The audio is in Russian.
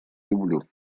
люблю